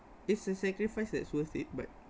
it's a sacrifice that's worth it but